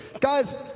Guys